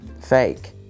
fake